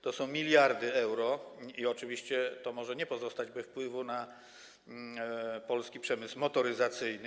To są miliardy euro i oczywiście to może nie pozostać bez wpływu na polski przemysł motoryzacyjny.